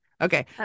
okay